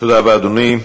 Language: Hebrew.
תודה רבה, אדוני.